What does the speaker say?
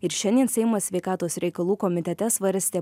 ir šiandien seimo sveikatos reikalų komitete svarstė